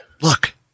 Look